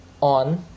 on